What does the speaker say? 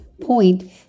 point